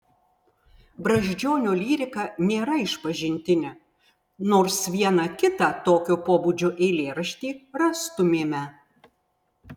brazdžionio lyrika nėra išpažintinė nors vieną kitą tokio pobūdžio eilėraštį rastumėme